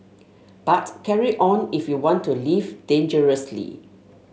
but carry on if you want to live dangerously